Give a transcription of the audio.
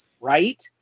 right